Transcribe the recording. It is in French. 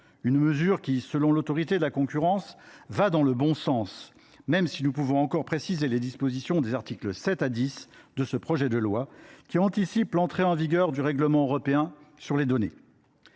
une mesure qui, selon l’Autorité de la concurrence, va dans le bon sens, même si nous pouvons encore préciser les dispositions des articles 7 à 10 de ce texte, lesquels anticipent l’entrée en vigueur du règlement européen sur les données.